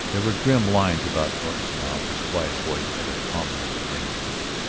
there were grim lines about norton's mouth, his quiet voice had an ominous ring to it.